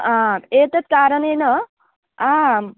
आम् एतत् कारणेन आम्